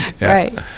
Right